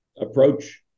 approach